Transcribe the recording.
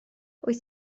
wyt